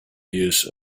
use